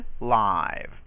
live